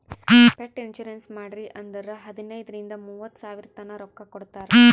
pet insurance ಮಾಡ್ರಿ ಅಂದುರ್ ಹದನೈದ್ ರಿಂದ ಮೂವತ್ತ ಸಾವಿರತನಾ ರೊಕ್ಕಾ ಕೊಡ್ತಾರ್